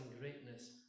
greatness